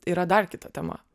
yra dar kita tema